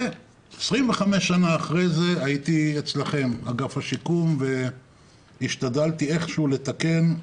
ו-25 שנים אחרי כן הייתי אצלכם באגף השיקום והשתדלתי איכשהו לתקן.